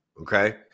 okay